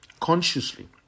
consciously